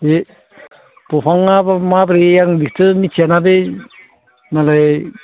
बे दंफांआ माबोरै आं बेखौथ' मिथियाना बे मालाय